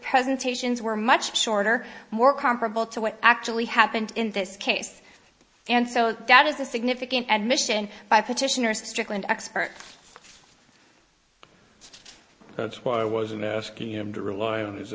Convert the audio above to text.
presentations were much shorter more comparable to what actually happened in this case and so that is a significant admission by petitioner strickland expert that's why i wasn't asking him to rule o